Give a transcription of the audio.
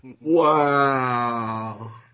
Wow